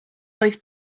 oedd